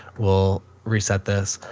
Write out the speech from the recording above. we'll reset this.